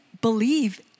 believe